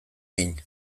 egin